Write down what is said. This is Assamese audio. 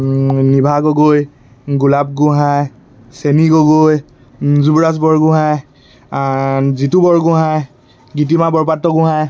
নিভা গগৈ গোলাপ গোহাঁই চেনী গগৈ যুবৰাজ বৰগোহাঁই জিতু বৰগোহাঁই গীতিমা বৰপাত্ৰ গোহাঁই